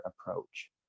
approach